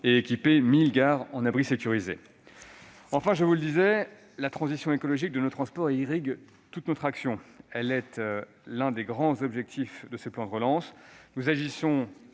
équiper 1 000 gares en abris sécurisés. Enfin, je vous le disais, la transition écologique de nos transports irrigue toute notre action. Elle est l'un des grands objectifs de ce plan de relance. Nous agissons